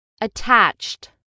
Attached